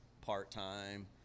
part-time